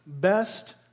best